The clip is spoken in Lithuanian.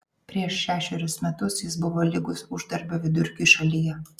prieš šešerius metus jis buvo lygus uždarbio vidurkiui šalyje